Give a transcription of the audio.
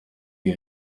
die